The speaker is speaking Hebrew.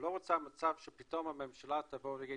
הוא לא רצה מצב שפתאום הממשלה תגיד